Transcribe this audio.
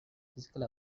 physical